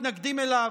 מתנגדים אליו,